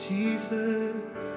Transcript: Jesus